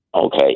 Okay